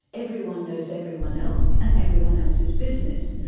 everyone knows everyone else and everyone else's business.